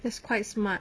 that's quite smart